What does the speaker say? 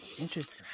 Interesting